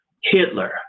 Hitler